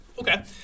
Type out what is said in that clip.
Okay